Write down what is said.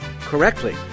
correctly